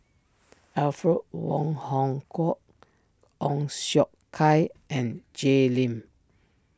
Alfred Wong Hong Kwok Ong Siong Kai and Jay Lim